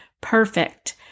perfect